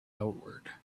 outward